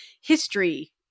history